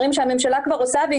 כשאנשים בבית רואים אותם, אז הם